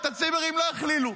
את הצימרים לא כללו.